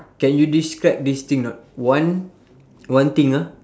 can you describe this thing not one one thing ah